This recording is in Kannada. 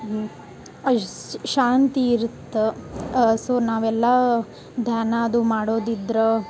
ಶಾಂತಿ ಇರತ್ತ ಸೊ ನಾವೆಲ್ಲ ದಾನಾದು ಮಾಡೋದಿದ್ರೆ